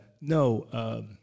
no